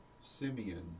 Simeon